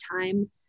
time